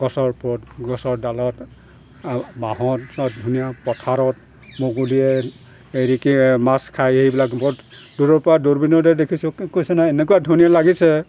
গছৰ পথ গছৰ ডালত বাঁহত ধুনীয়া পথাৰত মগুদিয়ে হেৰি কি মাছ খাই সেইবিলাক বহুত দূৰৰপৰা দূৰবিণতে দেখিছোঁ কৈছে নহয় এনেকুৱা ধুনীয়া লাগিছে